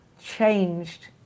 changed